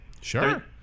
Sure